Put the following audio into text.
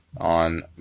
on